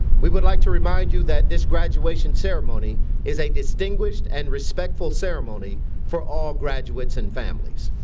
we would like to remind you that this graduation ceremony is a distinguished and respectful ceremony for all graduates and families.